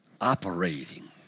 operating